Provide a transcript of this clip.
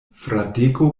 fradeko